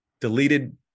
deleted